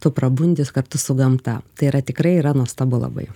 tu prabundi kartu su gamta tai yra tikrai yra nuostabu labai